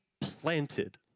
planted